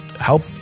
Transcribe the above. help